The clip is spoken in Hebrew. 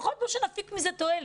לפחות שנפיק מזה תועלת.